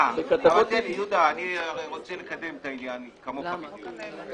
אני רוצה לקדם את העניין כמוך בדיוק.